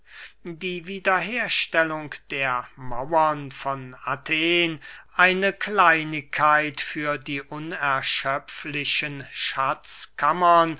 die wiederherstellung der mauern von athen eine kleinigkeit für die unerschöpflichen schatzkammern